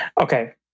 Okay